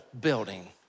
building